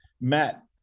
Matt